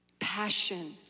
passion